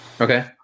Okay